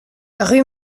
rue